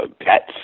pets